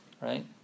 right